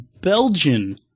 Belgian